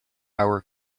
our